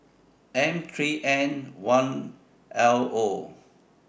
M three N one L Zero